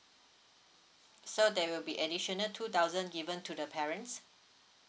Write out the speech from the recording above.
so there will be additional two thousand given to the parents